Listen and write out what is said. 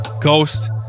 ghost